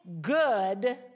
good